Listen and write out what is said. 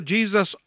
Jesus